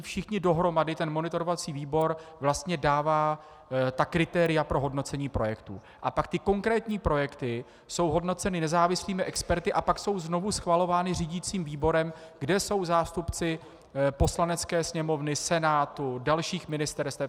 Všichni dohromady, ten monitorovací výbor dává kritéria pro hodnocení projektu, a pak konkrétní projekty jsou hodnoceny nezávislými experty, a pak jsou znovu schvalovány řídicím výborem, kde jsou zástupci Poslanecké sněmovny, Senátu, dalších ministerstev.